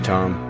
Tom